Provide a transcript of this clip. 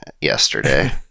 yesterday